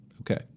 Okay